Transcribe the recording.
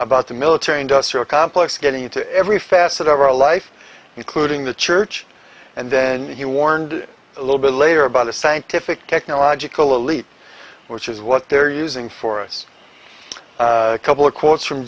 about the military industrial complex getting into every facet of our life including the church and then he warned a little bit later about the scientific technological elite which is what they're using for us a couple of quotes from